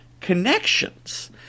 connections